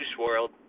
World